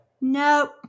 Nope